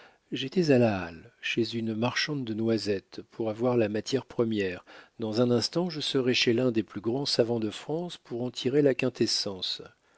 j'étais à la halle chez une marchande de noisettes pour avoir la matière première dans un instant je serai chez l'un des plus grands savants de france pour en tirer la quintessence